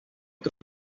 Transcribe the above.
otros